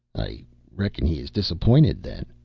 i reckon he is disappointed, then.